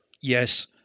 Yes